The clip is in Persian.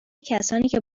کسانیکه